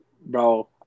bro